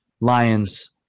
Lions